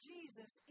Jesus